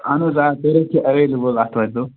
اَہن حظ آ تُہۍ روزِو ایٚولیبٕل آتھوارِ دۄہ